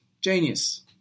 Genius